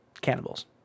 Cannibals